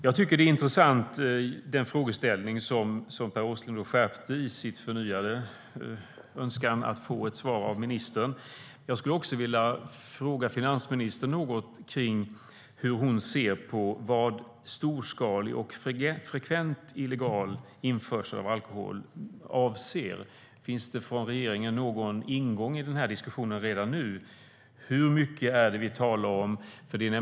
Jag tycker att frågeställningen, som Per Åsling skärpte i sin nya önskan om att få ett svar av ministern, är intressant. Jag skulle också vilja fråga finansministern något om hur hon ser på vad storskalig och frekvent illegal införsel av alkohol avser. Finns det från regeringen någon ingång i den här diskussionen redan nu? Hur mycket är det vi talar om?